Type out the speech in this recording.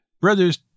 brothers